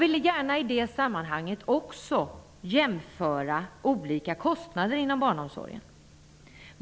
I det sammanhanget vill jag gärna också jämföra olika kostnader inom barnomsorgen.